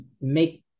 make